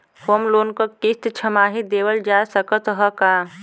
Home loan क किस्त छमाही देहल जा सकत ह का?